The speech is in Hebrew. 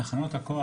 תחנות הכוח,